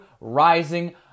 rising